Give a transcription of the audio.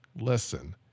Listen